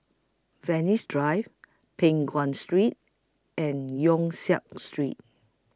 Venus Drive Peng Nguan Street and Yong Siak Street